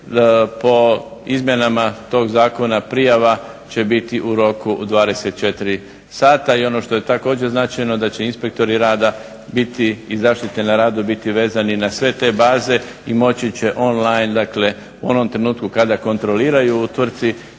Po izmjenama tog zakona prijava će biti u roku 24 sata. I ono što je također značajno da će inspektori rada biti i zaštite na radu biti vezani na sve te baze i moći će on-line, dakle u onom trenutku kada kontroliraju u tvrtci